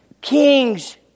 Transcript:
kings